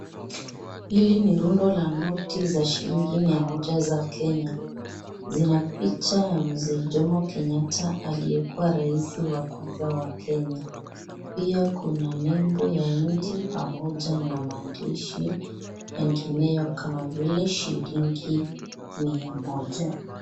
Hili ni rundo la noti za shilingi mia moja za kenya, zina picha ya Mzee Jomo Kenyatta aliyekuwa raisi wa kwanza wa Kenya. Pia kuna nembo ya nchi, pamoja na maandishi mengineyo kama vile, shilingi mia moja.